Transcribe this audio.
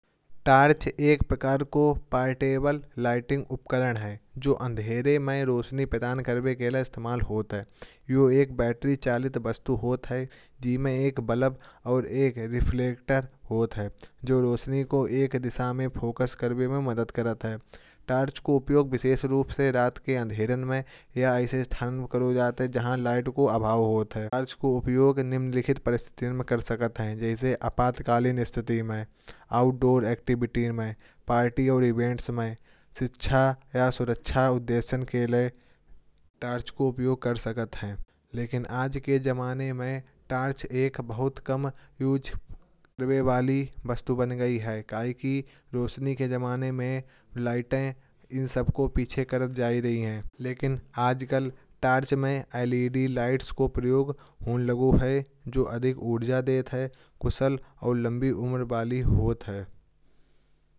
टार्च एक प्रकार का पोर्टेबल लाइटिंग उपकरण है। जो अंधेरे में रोशनी प्रदान करने के अलावा इस्तेमाल होता है। यो एक बैटरी चालित वस्तु होत है जिनमें एक बल्ब और एक रिफ्लेक्टर होत है। जो रोशनी का एक दिशा में फोकस करवने में मदद करता है। टार्च का उपयोग विशेष रूप से रात के अंधेरे में या ऐसे स्थान में करो जाते हैं। जहां लाइट का अभाव होता है टार्च का उपयोग निम्नलिखित परिस्थितियों में कर सकते हैं। जैसे आपातकालीन स्थिति में आउटडोर एक्टिविटीज में। पार्टी और इवेंट्स में शिक्षा या सुरक्षा उद्देश्यों के लिए। टार्च का उपयोग कर सकते हैं। लेकिन आज के जमाने में टार्च एक बहुत कम उपयोग करने वाली वस्तु बन गई है। काहे की रोशनी के जमाने में लाइटें इन सब को पीछे कर जा रही हैं। लेकिन आजकल टार्च में एल ई डी लाइट का प्रयोग उन लोगों है जो अधिक ऊर्जा देते हैं। कुशल और लंबी उम्र वाली होत है।